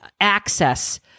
access